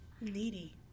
Needy